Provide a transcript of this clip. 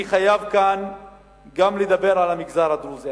אני חייב כאן גם לדבר על המגזר הדרוזי.